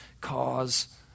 cause